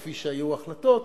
כפי שהיו החלטות,